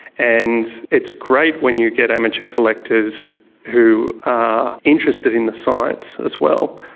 and it's great when you get amateur collectors who are interested in the science as well.